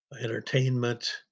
entertainment